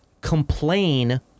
complain